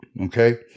Okay